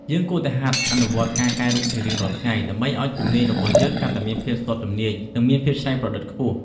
យើងគួរតែហាត់អនុវត្តការកែរូបជារៀងរាល់ថ្ងៃដើម្បីឱ្យជំនាញរបស់យើងកាន់តែមានភាពស្ទាត់ជំនាញ និងមានភាពច្នៃប្រឌិតខ្ពស់។